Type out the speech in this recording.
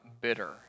bitter